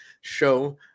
show